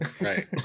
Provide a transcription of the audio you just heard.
right